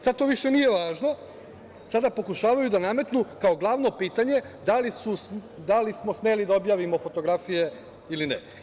Sada to više nije važno, sada pokušavaju da nametnu kao glavno pitanje – da li smo smeli da objavimo fotografije ili ne?